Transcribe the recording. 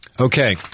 Okay